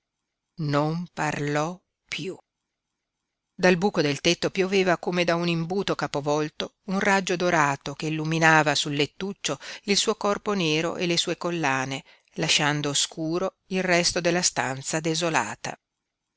non parlò piú dal buco del tetto pioveva come da un imbuto capovolto un raggio dorato che illuminava sul lettuccio il suo corpo nero e le sue collane lasciando scuro il resto della stanza desolata